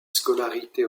scolarité